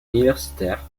universitaires